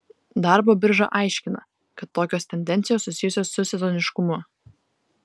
darbo birža aiškina kad tokios tendencijos susijusios su sezoniškumu